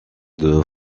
deux